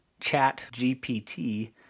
ChatGPT